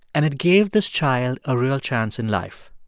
and it gave this child a real chance in life.